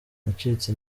nacitse